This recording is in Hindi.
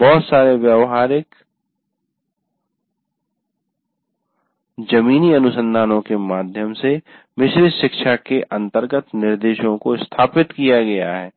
बहुत सारे व्यवहारिक जमीनी अनुसंधानो के माध्यम से मिश्रित शिक्षा के अंतर्गत निर्देशो को स्थापित किया गया है